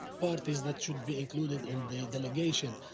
parties that should be included in the delegation.